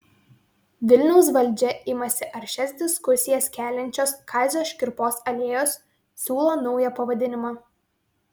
vilniaus valdžia imasi aršias diskusijas keliančios kazio škirpos alėjos siūlo naują pavadinimą